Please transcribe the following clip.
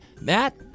Matt